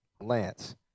Lance